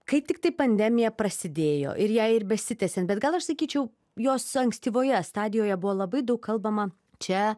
kai tiktai pandemija prasidėjo ir jai ir besitęsiant bet gal aš sakyčiau jos ankstyvoje stadijoje buvo labai daug kalbama čia